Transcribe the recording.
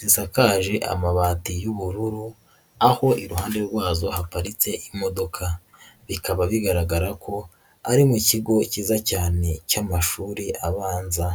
zisakaje amabati y'ubururu aho iruhande rwazo haparitse imodoka, bikaba bigaragara ko ari mu kigo kiza cyane cy'amashuri abanza.